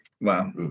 wow